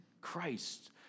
Christ